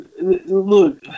Look